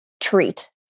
treat